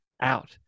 Out